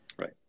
Right